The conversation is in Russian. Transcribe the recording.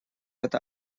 это